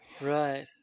Right